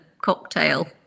cocktail